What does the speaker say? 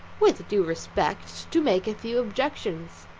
with due respect, to make a few objections.